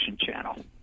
channel